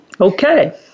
Okay